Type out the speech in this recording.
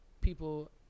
people